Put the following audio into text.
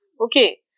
Okay